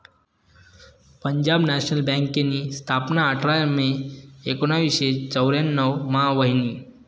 Punjab National बँकनी स्थापना आठरा मे एकोनावीसशे चौर्यान्नव मा व्हयनी